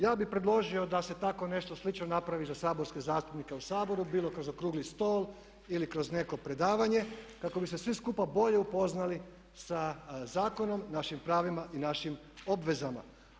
Ja bih predložio da se tako nešto slično napravi za saborske zastupnike u Saboru, bilo kroz okrugli stol ili kroz neko predavanje kako bi se svi skupa bolje upoznali sa zakonom, našim pravima i našim obvezama.